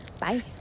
Bye